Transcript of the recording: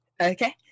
okay